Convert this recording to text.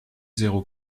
zéro